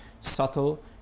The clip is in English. subtle